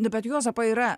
nu bet juozapai yra